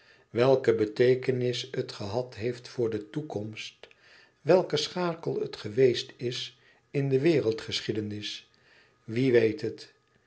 welke beteekenis het gehad heeft voor de toekomst welke schakel het geweest is in de wereldgeschiedenis wie weet het